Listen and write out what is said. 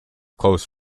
close